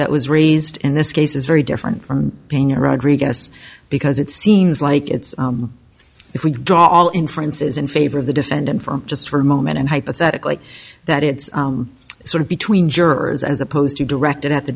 that was raised in this case is very different from being a rodriguez because it seems like it's if we draw all inferences in favor of the defendant for just for a moment and hypothetically that it's sort of between jurors as opposed to directed at the